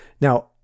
Now